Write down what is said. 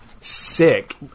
sick